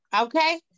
okay